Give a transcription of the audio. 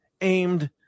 aimed